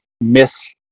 miss